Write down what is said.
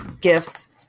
gifts